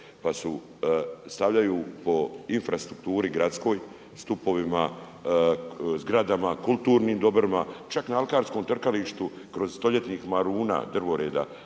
Pa stavljaju po infrastrukturi gradskoj, stupovima, zgradama, kulturnim dobrima, čak na alkarskom trkalištu, kroz stoljetnih maruna, drvoreda,